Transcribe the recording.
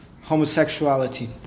homosexuality